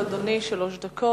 לרשות אדוני שלוש דקות.